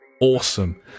awesome